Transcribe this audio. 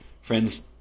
Friends